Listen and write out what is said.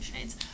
shades